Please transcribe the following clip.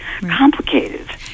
complicated